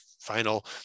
Final